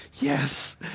yes